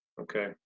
okay